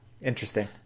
interesting